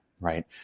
Right